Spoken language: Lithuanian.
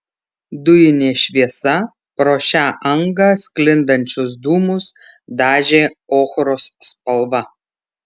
dujinė šviesa pro šią angą sklindančius dūmus dažė ochros spalva